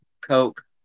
Coke